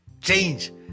change